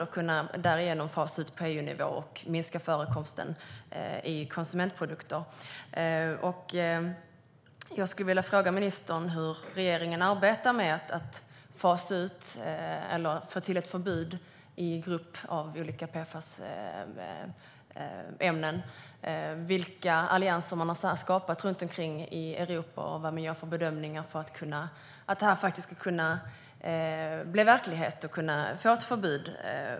Därigenom kan man fasa ut det på EU-nivå och minska förekomsten i konsumentprodukter. Jag skulle vilja fråga ministern hur regeringen arbetar med att fasa ut eller få till ett förbud i grupp av olika PFAS-ämnen. Vilka allianser har man skapat runt omkring i Europa, och vad gör man för bedömningar av om ett förbud på EU-nivå ska kunna bli verklighet?